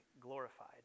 glorified